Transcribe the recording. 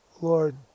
Lord